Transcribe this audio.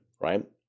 right